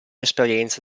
esperienza